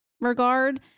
regard